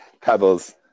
Pebbles